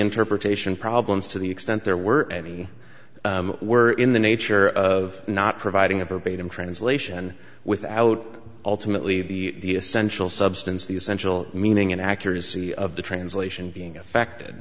interpretation problems to the extent there were any were in the nature of not providing a verbatim translation without ultimately the essential substance the essential meaning and accuracy of the translation being affected